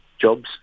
jobs